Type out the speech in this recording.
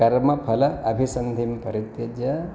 कर्मफल अभिसन्धिं परित्यज्य